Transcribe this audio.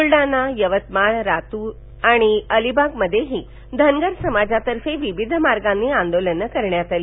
बूलडाणा यवतमाळ लातूर आणि अलिबागमध्येही धनगर समाजातर्फे विविध मार्गांनी आंदोलनं करण्यात आली